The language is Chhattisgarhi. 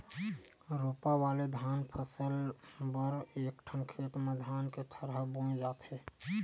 रोपा वाले धान फसल बर एकठन खेत म धान के थरहा बोए जाथे